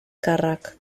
càrrec